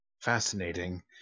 fascinating